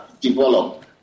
developed